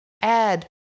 add